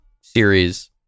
series